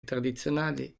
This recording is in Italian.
tradizionali